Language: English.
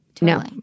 no